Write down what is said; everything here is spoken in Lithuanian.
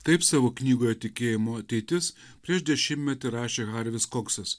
taip savo knygoje tikėjimo ateitis prieš dešimtmetį rašė harvis koksas